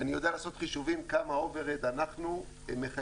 אני יודע לעשות חישובים כמה --- אנחנו מחייבים,